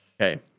Okay